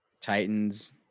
Titans